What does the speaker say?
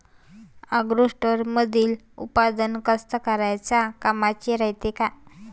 ॲग्रोस्टारमंदील उत्पादन कास्तकाराइच्या कामाचे रायते का?